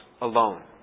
alone